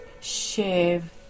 shave